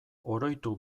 oroitu